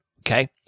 okay